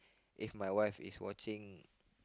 if my wife is watching